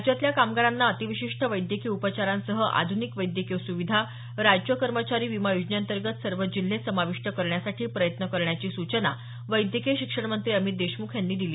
राज्यातल्या कामगारांना अतिविशिष्ट वैद्यकीय उपचारांसह आधुनिक वैद्यकीय सुविधा राज्य कर्मचारी विमा योजनेअंतर्गत सर्व जिल्हे समाविष्ट करण्यासाठी प्रयत्न करण्याची सूचना वैद्यकीय शिक्षण मंत्री अमित देशमुख यांनी दिली